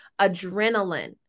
adrenaline